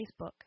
facebook